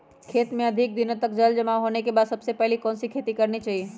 खेत में अधिक दिनों तक जल जमाओ होने के बाद सबसे पहली कौन सी खेती करनी चाहिए?